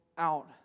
out